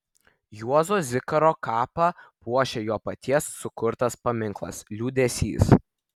juozo zikaro kapą puošia jo paties sukurtas paminklas liūdesys